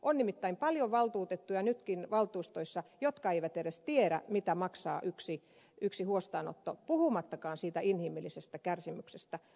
on nimittäin paljon valtuutettuja nytkin valtuustoissa jotka eivät edes tiedä mitä maksaa yksi huostaanotto puhumattakaan siitä inhimillisestä kärsimyksestä